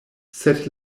sed